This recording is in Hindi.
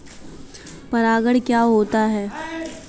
परागण क्या होता है?